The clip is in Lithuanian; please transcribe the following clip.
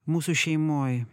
mūsų šeimoje